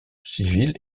civil